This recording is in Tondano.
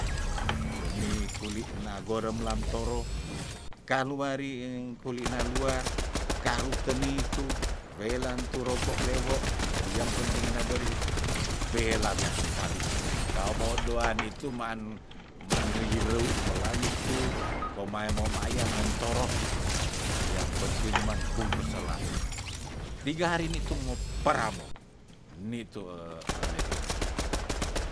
Medomi kuli na goreng lantoro kaluari eng kuli na luar karu teneitu welan turoko lewo byang penting ngana beri itu bela witumpali kawo doan itu maan maan lie yeuru moulanitu komae momayengen toroh yang penting uman bungkus selah tiga hari nitu mopperamou nitu lebe mujarap.